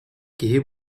киһи